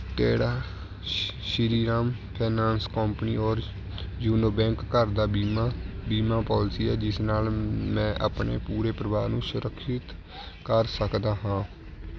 ਕਿਹੜਾ Shri Shriram finance company ਔਰ UCO bank ਘਰ ਦਾ ਬੀਮਾ ਬੀਮਾ ਪੋਲਿਸੀ ਹੈ ਜਿਸ ਨਾਲ ਮੈਂ ਆਪਣੇ ਪੂਰੇ ਪਰਿਵਾਰ ਨੂੰ ਸੁਰੱਖਿਅਤ ਕਰ ਸਕਦਾ ਹਾਂ